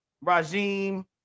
regime